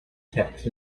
text